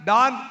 Don